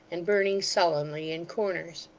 and burning sullenly in corners.